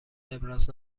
ابراز